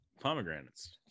pomegranates